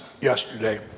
yesterday